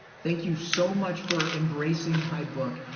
thank you so much for embracing my book.